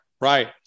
right